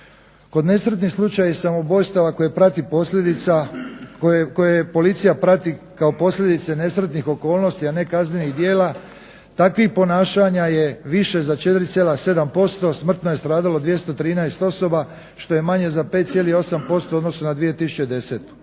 Kod nesretnih slučajeva i samoubojstava koje policija prati kao posljedice nesretnih okolnosti, a ne kaznenih djela takvih ponašanja je više za 4,7% - smrtno je stradalo 213 osoba što je manje za 5,8% u odnosu na 2010.